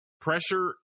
pressure